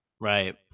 Right